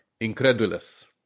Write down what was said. incredulous